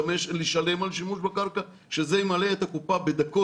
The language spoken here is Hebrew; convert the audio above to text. לשלם על שימוש בקרקע וזה ימלא את הקופה בדקות.